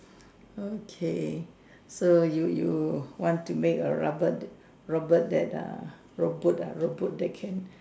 okay so you you want to make a robot robot that err robot ah robot that can